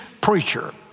preacher